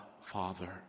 Father